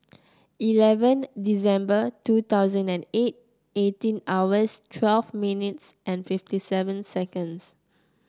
eleven December two thousand and eight eighteen hours twelve minutes and fifty seven seconds